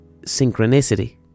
synchronicity